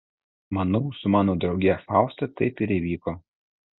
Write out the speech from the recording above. manau su mano drauge fausta taip ir įvyko